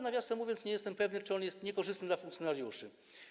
Nawiasem mówiąc, wcale nie jestem pewny, czy on jest niekorzystny dla funkcjonariuszy.